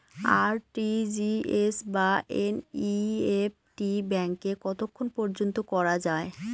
RTGS বা NEFT ব্যাংকে কতক্ষণ পর্যন্ত করা যায়?